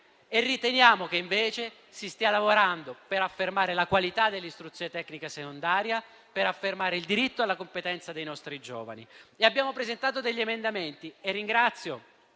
riteniamo che invece si stia lavorando per affermare la qualità dell'istruzione tecnologico-professionale per affermare il diritto alla competenza dei nostri giovani. Abbiamo presentato degli emendamenti e ringrazio